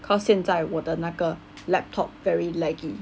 cause 现在我的那个 laptop very laggy